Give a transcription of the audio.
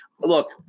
look